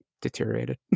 deteriorated